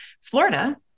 Florida